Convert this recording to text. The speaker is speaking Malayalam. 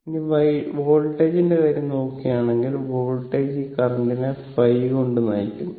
ഇനി വോൾട്ടേജിന്റെ കാര്യം നോക്കുകയാണെങ്കിൽ വോൾട്ടേജ് ഈ കറന്റിനെ ϕ കൊണ്ട് നയിക്കുന്നു